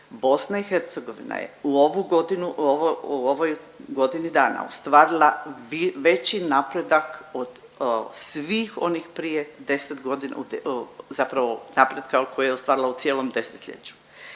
Bosna i Hercegovina je u ovu godinu, u ovoj godini dana ostvarila veći napredak od svih onih prije 10 godina, zapravo napretka koje je ostvarila u cijelom desetljeću.